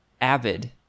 Avid